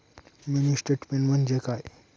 Mini statement म्हणजे काय?